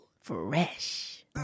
Fresh